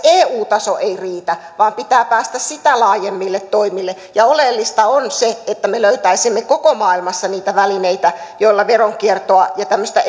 eu taso ei riitä vaan pitää päästä sitä laajemmille toimille ja oleellista on se että me löytäisimme koko maailmassa niitä välineitä joilla veronkiertoa ja tämmöistä